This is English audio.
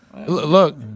Look